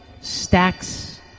Stacks